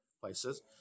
places